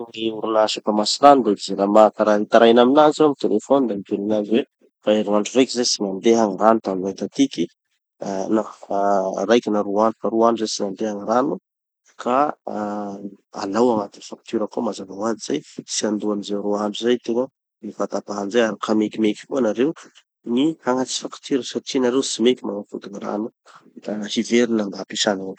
No gny orinasa mpamatsy rano da i JIRAMA. Ka raha hitaraina aminazy aho amy telefony da hiteny anazy hoe: fa herignandro raiky zay tsy mandeha gny rano taminay tatiky, ah non, raiky na roa andro, fa roa andro zay tsy nandeha gny rano ka alao agnatin'ny facture-ko ao mazava hoazy zay. Tsy handoa anizay roa andro zay tegna, gny fatapahany zay, ary ka mekimeky koa nareo gny hagnatitsy facture satria nareo tsy meky magnapody gny rano mba hiverina mba hampesàn-olo.